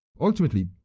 Ultimately